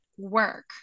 work